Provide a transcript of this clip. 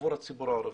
עבור הציבור הערבי.